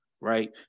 right